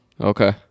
okay